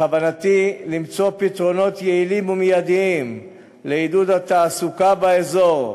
בכוונתי למצוא פתרונות יעילים ומיידיים לעידוד התעסוקה באזור,